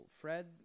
Fred